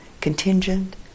contingent